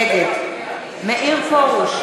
נגד מאיר פרוש,